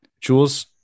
Jules